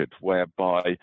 whereby